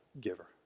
giver